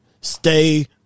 stay